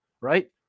right